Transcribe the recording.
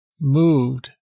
moved